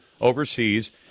overseas